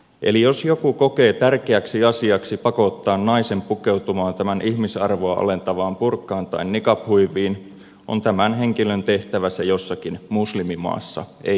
eli jos joku kokee tärkeäksi asiaksi pakottaa naisen pukeutumaan tämän ihmisarvoa alentavaan burkaan tai niqab huiviin on tämän henkilön tehtävä se jossakin muslimimaassa ei suomessa